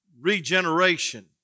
regeneration